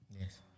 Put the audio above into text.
Yes